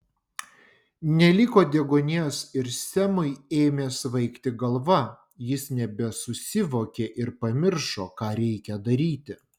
neliko deguonies ir semui ėmė svaigti galva jis nebesusivokė ir pamiršo ką reikia daryti